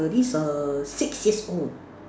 at least err six years old